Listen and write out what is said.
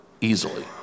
easily